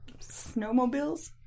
snowmobiles